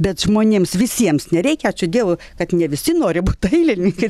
bet žmonėms visiems nereikia ačiū dievui kad ne visi nori būt dailininkai